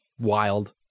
wild